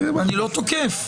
אני לא תוקף.